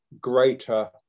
greater